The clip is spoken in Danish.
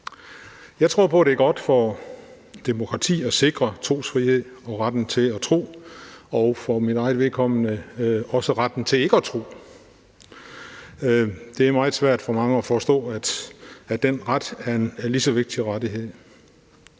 Jeg tror, det er godt for demokrati at sikre trosfrihed og retten til at tro, og for mit eget vedkommende også retten til ikke at tro. Det er meget svært for mange at forstå, at den ret er en lige så vigtig rettighed.